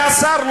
והשר,